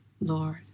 Lord